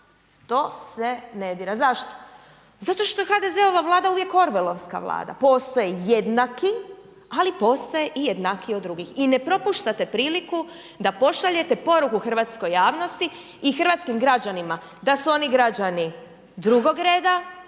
to se ne dira. Zašto? Zato što je HDZ-ova vlada uvijek .../Govornik se ne razumije./... vlada, postoje jednaki, ali postoje i jednakiji od drugih i ne propuštate priliku da pošaljete poruku hrvatskoj javnosti i hrvatskim građanima da su oni građani drugog reda,